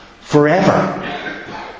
forever